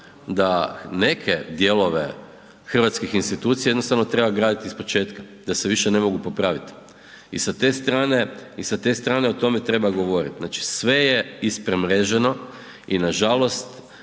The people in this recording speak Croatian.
da neke dijelove hrvatskih institucija jednostavno treba graditi ispočetka, da se više ne mogu popraviti i sa te strane o tome treba govoriti. Znači sve je ispremreženo i nažalost